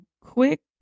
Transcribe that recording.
quick